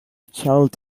child